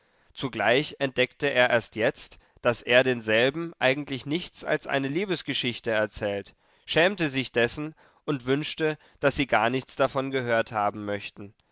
zugleich entdeckte er erst jetzt daß er denselben eigentlich nichts als eine liebesgeschichte erzählt schämte sich dessen und wünschte daß sie gar nichts davon gehört haben möchten